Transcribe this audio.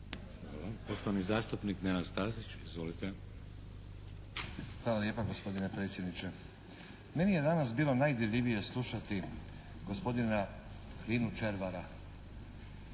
Hvala. Poštovani zastupnik Nenad Stazić, izvolite. **Stazić, Nenad (SDP)** Hvala lijepa gospodine predsjedniče. Meni je danas bilo najdirljivije slušati gospodina Linu Červara